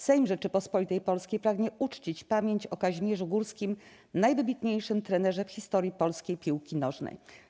Sejm Rzeczypospolitej Polskiej pragnie uczcić pamięć o Kazimierzu Górskim, najwybitniejszym trenerze w historii polskiej piłki nożnej.